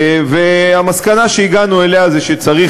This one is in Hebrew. והמסקנה שהגענו אליה היא שצריך,